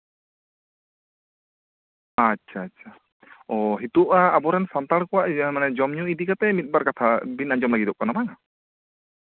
ᱟᱪᱪᱷᱟ ᱟᱪᱪᱷᱟ ᱟᱪᱪᱷᱟ ᱚ ᱦᱤᱸᱛᱳᱜ ᱟᱜ ᱟᱵᱚ ᱥᱟᱱᱛᱟᱲ ᱠᱚᱣᱟᱜ ᱡᱚᱢᱼᱧᱩ ᱤᱫᱤ ᱠᱟᱛᱮᱫ ᱢᱤᱫᱼᱵᱟᱨ ᱠᱟᱛᱷᱟ ᱵᱤᱱ ᱟᱸᱡᱚᱢ ᱞᱟᱹᱜᱤᱫᱚᱜ ᱠᱟᱱᱟ ᱵᱟᱝᱟ